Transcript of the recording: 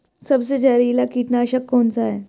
सबसे जहरीला कीटनाशक कौन सा है?